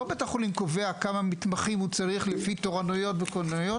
לא בית החולים קובע כמה מתמחים הוא צריך לפי תורנויות וכל זה,